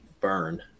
burn